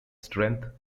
strength